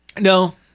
No